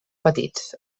petits